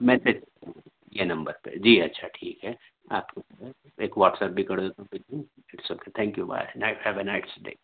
میں یہ نمبر پہ جی اچھا ٹھیک ہے آپ کو جو ہے ایک واٹسپ بھی کر دیتا ہوں it's okay thank you bye nice have a nice day